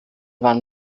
van